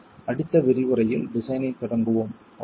அடுத்த விரிவுரையில் டிசைன் ஐத் தொடங்குவோம் ஓகே